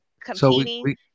competing